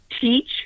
teach